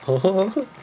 [ho] [ho]